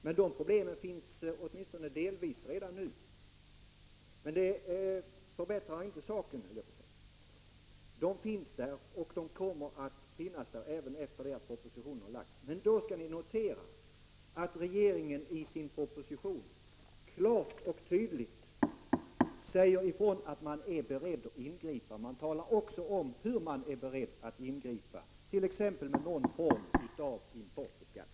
Men de problemen finns åtminstone delvis redan nu, även om det inte förbättrar saken. Men då skall man notera att regeringen i sin proposition klart och tydligt säger ifrån att man är beredd att ingripa. Man talar också om hur man eventuellt skall ingripa, t.ex. med någon form av importbeskattning.